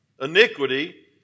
Iniquity